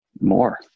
more